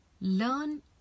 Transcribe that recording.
learn